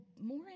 more